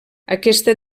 aquesta